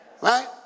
Right